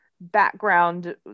background